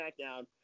SmackDown